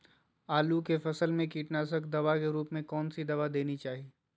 आलू के फसल में कीटनाशक दवा के रूप में कौन दवाई देवे के चाहि?